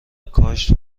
کاشت